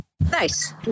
Nice